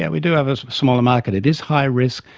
yeah we do have a smaller market. it is high risk.